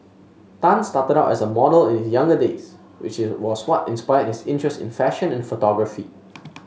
Tan started out as a model in his younger days which is was what inspired his interest in fashion and photography